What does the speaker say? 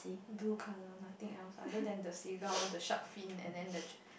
blue colour nothing else other than the seagull the shark fin and then the